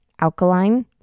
alkaline